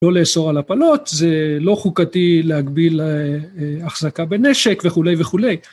לא לאסור על הפלות זה לא חוקתי להגביל החזקה בנשק וכולי וכולי